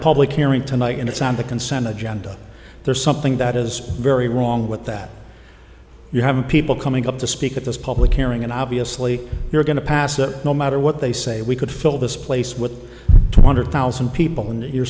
public hearing tonight and it's on the consent agenda there's something that is very wrong with that you have people coming up to speak at this public hearing and obviously you're going to pass it no matter what they say we could fill this place with two hundred thousand people and you're